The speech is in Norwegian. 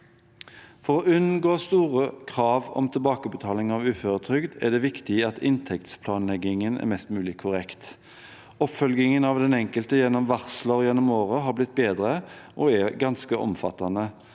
For å unngå store krav om tilbakebetaling av uføretrygd er det viktig at inntektsplanleggingen er mest mulig korrekt. Oppfølgingen av den enkelte gjennom varsler gjennom året har blitt bedre og er ganske omfattende.